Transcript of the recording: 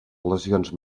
lesions